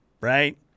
Right